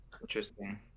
Interesting